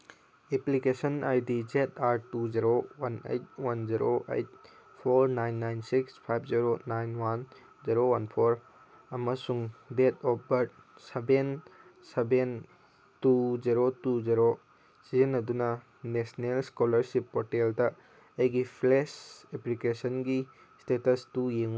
application I D Z R two zero one eight one zero eight four nine nine six five zero nine one zero one four ꯑꯃꯁꯨꯡ date of birth seven seven two zero two zero ꯁꯤꯖꯤꯟꯅꯗꯨꯅ national scholarship ꯞꯣꯔꯇꯦꯜꯗ ꯑꯩꯒꯤ fresh ꯑꯦꯄ꯭ꯂꯤꯀꯦꯁꯟꯒꯤ ꯏꯁꯇꯦꯇꯁꯇꯨ ꯌꯦꯡꯉꯨ